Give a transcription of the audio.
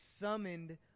summoned